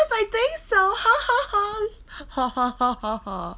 yes I think so